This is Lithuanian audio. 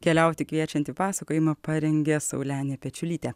keliauti kviečiantį pasakojimą parengė saulenė pečiulytė